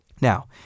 Now